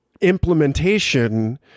implementation